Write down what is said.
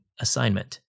assignment